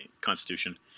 Constitution